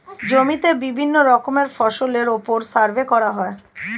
জমিতে বিভিন্ন রকমের ফসলের উপর সার্ভে করা হয়